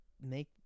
make